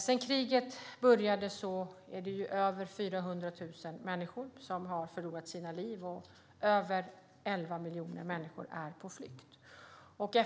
Sedan kriget började har över 400 000 människor förlorat livet, och över 11 miljoner människor är på flykt.